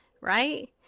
right